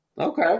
Okay